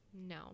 no